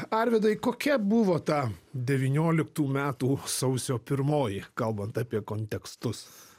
arvydai kokia buvo ta devynioliktų metų sausio pirmoji kalbant apie kontekstus